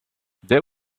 there